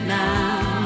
now